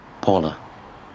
Paula